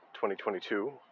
2022